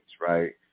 right